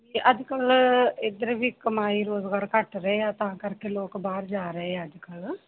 ਅਤੇ ਅੱਜ ਕੱਲ੍ਹ ਇੱਧਰ ਵੀ ਕਮਾਈ ਰੋਜ਼ਗਾਰ ਘੱਟ ਰਹੇ ਆ ਤਾਂ ਕਰਕੇ ਲੋਕ ਬਾਹਰ ਜਾ ਰਹੇ ਆ ਅੱਜ ਕੱਲ੍ਹ